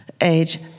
age